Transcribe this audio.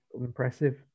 impressive